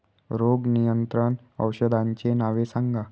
रोग नियंत्रण औषधांची नावे सांगा?